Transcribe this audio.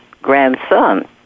grandson